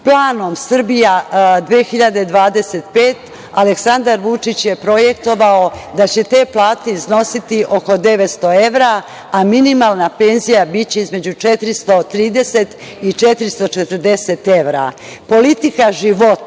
Planom „Srbija 2025.“ Aleksandar Vučić je projektovao da će te plate iznositi oko 900 evra, a minimalna penzija biće između 430 i 440 evra. Politika života